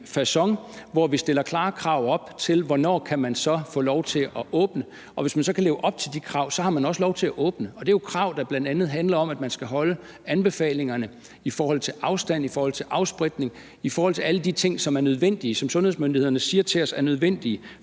facon, hvor vi stiller klare krav op til, hvornår man så kan få lov til at åbne. Og hvis man så kan leve op til de krav, har man også lov til at åbne. Og det er jo krav, der bl.a. handler om, at man skal overholde anbefalingerne i forhold til afstand, i forhold til afspritning, i forhold til alle de ting, som er nødvendige, altså som sundhedsmyndighederne siger til os er nødvendige